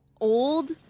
old